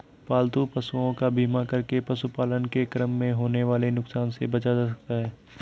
पालतू पशुओं का बीमा करके पशुपालन के क्रम में होने वाले नुकसान से बचा जा सकता है